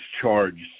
charged